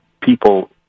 people